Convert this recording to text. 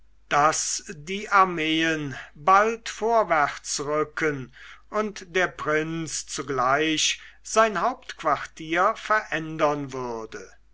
daß die armeen bald vorwärtsrücken und der prinz zugleich sein hauptquartier verändern würde